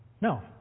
No